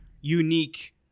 unique